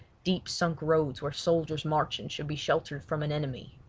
deep sunk roads where soldiers marching should be sheltered from an enemy.